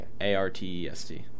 A-R-T-E-S-T